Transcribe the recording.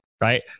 Right